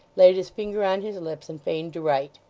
laid his finger on his lips, and feigned to write,